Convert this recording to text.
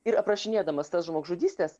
ir aprašinėdamas tas žmogžudystes